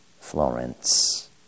Florence